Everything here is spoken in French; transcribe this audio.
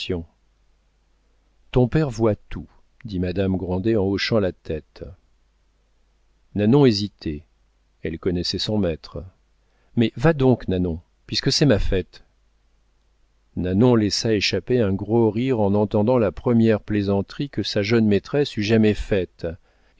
ton père voit tout dit madame grandet en hochant la tête nanon hésitait elle connaissait son maître mais va donc nanon puisque c'est ma fête nanon laissa échapper un gros rire en entendant la première plaisanterie que sa jeune maîtresse eût jamais faite